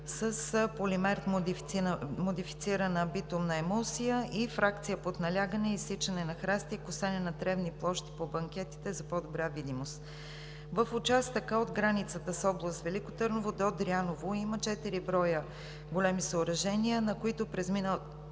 с полимер модифицирана битумна емулсия и фракция под налягане, изсичане на храсти и косене на тревни площи по банкетите за по-добра видимост. В участъка от границата с област Велико Търново до Дряново има четири броя големи съоръжения, на които през миналата